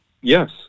Yes